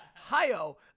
Ohio